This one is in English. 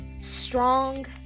strong